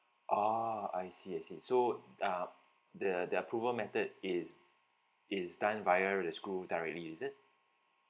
oh I see I see so um the the approval method is is done via the school directly is it